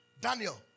Daniel